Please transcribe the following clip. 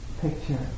picture